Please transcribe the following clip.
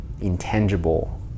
intangible